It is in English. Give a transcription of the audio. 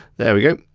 there we go.